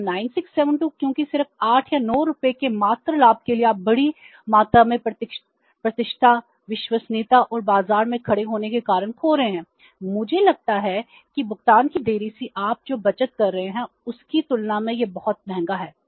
तो 9672 क्योंकि सिर्फ 8 या 9 रुपये के मात्र लाभ के लिए आप बड़ी मात्रा में प्रतिष्ठा विश्वसनीयता और बाजार में खड़े होने के कारण खो रहे हैं मुझे लगता है कि भुगतान की देरी से आप जो बचत कर रहे हैं उसकी तुलना में यह बहुत महंगा है